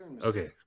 Okay